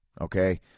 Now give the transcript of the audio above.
Okay